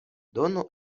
donu